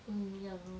mm ya